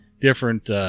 different